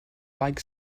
like